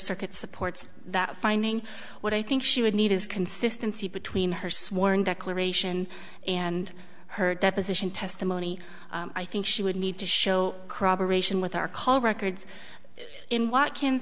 circuit supports that finding what i think she would need is consistency between her sworn declaration and her deposition testimony i think she would need to show crabb aeration with our call records in walk ins